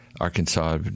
Arkansas